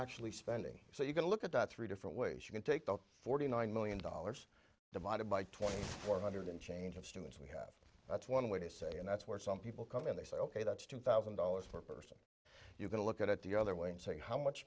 actually spending so you can look at that three different ways you can take the forty nine million dollars divided by twenty four hundred and change of students we have that's one way to say and that's where some people come in they say ok that's two thousand dollars per person you can look at it the other way and say how much